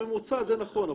בממוצע זה נכון,